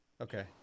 Okay